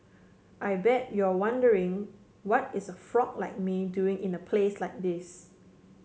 I bet you're wondering what is a frog like me doing in a place like this